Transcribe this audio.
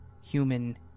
human